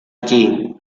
allí